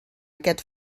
aquest